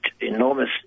enormous